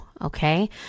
okay